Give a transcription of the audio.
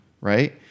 right